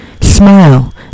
smile